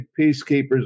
peacekeepers